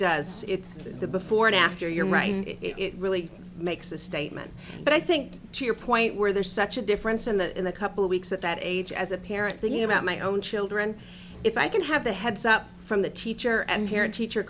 does it's the before and after you're right it really makes a statement but i think to your point where there's such a difference in the in the couple of weeks at that age as a parent thinking about my own children if i can have the heads up from the teacher and parent teacher